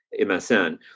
MSN